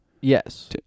Yes